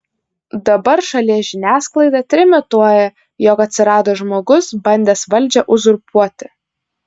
dabar šalies žiniasklaida trimituoja jog atsirado žmogus bandęs valdžią uzurpuoti